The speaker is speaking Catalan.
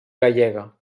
gallega